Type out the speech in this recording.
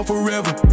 Forever